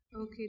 Okay